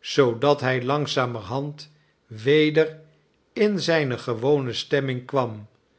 zoodat hij langzamerhand weder in zijne gewone stemming kwam